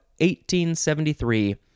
1873